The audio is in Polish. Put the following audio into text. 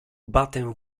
batem